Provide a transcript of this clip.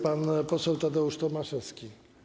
Pan poseł Tadeusz Tomaszewski.